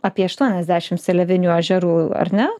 apie aštuoniasdešim seliavinių ežerų ar ne